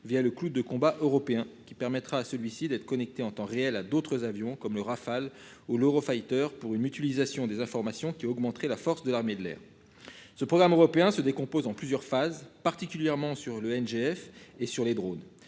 via le cloud de combat européen qui permettra à celui-ci d'être connectés en temps réel à d'autres avions comme le Rafale ou l'Eurofighter pour une utilisation des informations qui augmenterait la force de l'armée de l'air. Ce programme européen se décompose en plusieurs phases, particulièrement sur le NDF et sur les drônes